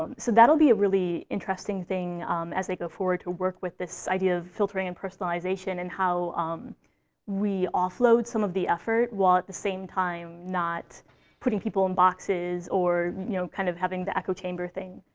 um so that'll be a really interesting thing as i go forward, to work with this idea of filtering and personalization, and how we offload some of the effort, while at the same time not putting people in boxes, or you know kind of having the echo chamber thing.